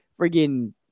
friggin